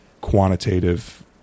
quantitative